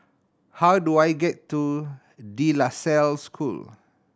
how do I get to De La Salle School